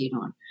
on